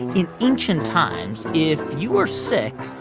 in ancient times, if you were sick,